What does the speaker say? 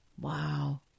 Wow